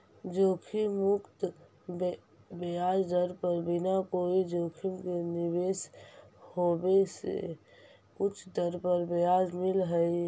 जोखिम मुक्त ब्याज दर पर बिना कोई जोखिम के निवेश होवे से उच्च दर पर ब्याज मिलऽ हई